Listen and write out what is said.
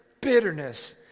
bitterness